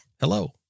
hello